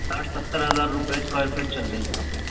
ساٹھ ستّر ہزار روپئے اسکوائر فٹ چل رہی ہے یہاں پہ